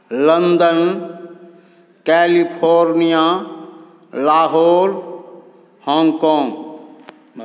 London California Lahore Hong Kong